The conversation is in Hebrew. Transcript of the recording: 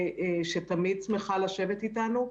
שתמיד שמחה לשבת איתנו,